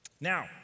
now